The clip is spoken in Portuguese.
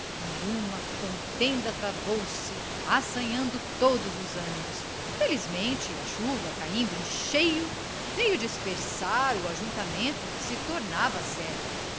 e uma contenda travou-se assanhando todos os ânimos felizmente a chuva caindo em cheio veio dispersar o ajuntamento que se tornava sério